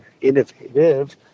innovative